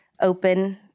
open